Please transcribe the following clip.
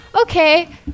okay